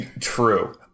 True